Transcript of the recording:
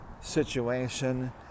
situation